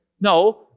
No